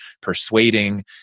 persuading